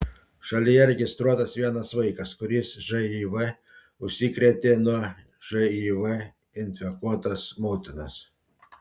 šalyje registruotas vienas vaikas kuris živ užsikrėtė nuo živ infekuotos motinos